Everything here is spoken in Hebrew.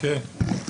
כן.